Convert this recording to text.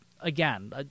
again